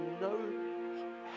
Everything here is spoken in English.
no